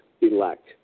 elect